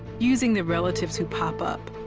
using the relatives who pop up,